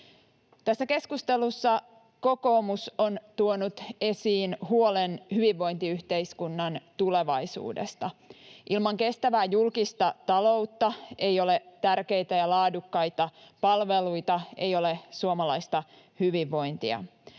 Tässä keskustelussa kokoomus on tuonut esiin huolen hyvinvointiyhteiskunnan tulevaisuudesta. Ilman kestävää julkista taloutta ei ole tärkeitä ja laadukkaita palveluita, ei ole suomalaista hyvinvointia.